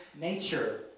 nature